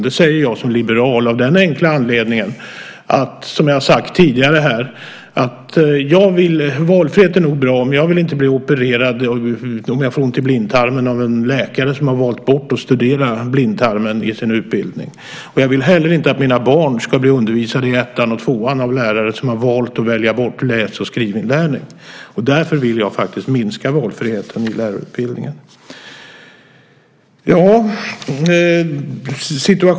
Det säger jag som liberal av den enkla anledningen att, som jag sagt tidigare, valfrihet nog är bra, men om jag får ont i blindtarmen vill jag inte bli opererad av en läkare som i sin utbildning valt bort att studera blindtarmen. Inte heller vill jag att mina barn i ettan och tvåan ska bli undervisade av lärare som valt bort läs och skrivinlärning. Därför vill jag faktiskt minska valfriheten i lärarutbildningen.